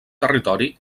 territori